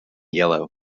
yellow